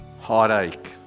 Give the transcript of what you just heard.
heartache